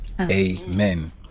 amen